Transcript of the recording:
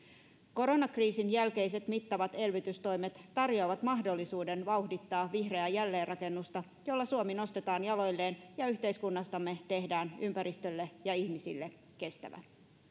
koronakriisin jälkeiset mittavat elvytystoimet tarjoavat mahdollisuuden vauhdittaa vihreää jälleenrakennusta jolla suomi nostetaan jaloilleen ja yhteiskunnastamme tehdään ympäristölle ja ihmisille kestävä